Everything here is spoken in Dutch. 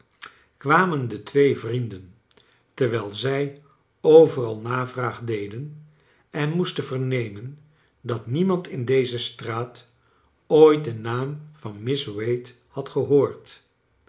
kwamen de twee vrienden terwijl zij overal navraag deden en moestenvernemen dat niemand in deze straat ooit den naam van miss wade had gehoord